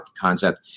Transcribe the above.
concept